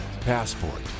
Passport